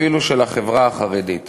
אפילו של החברה החרדית,